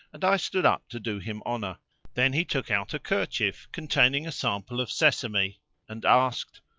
and i stood up to do him honour then he took out a kerchief containing a sample of sesame and asked,